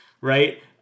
right